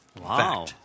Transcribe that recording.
Wow